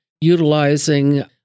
utilizing